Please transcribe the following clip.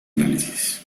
análisis